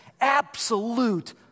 absolute